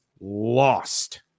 lost